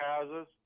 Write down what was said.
houses